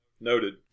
noted